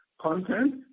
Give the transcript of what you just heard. content